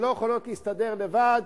שלא יכולות להסתדר לבד,